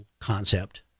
concept